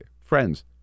friends